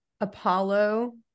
Apollo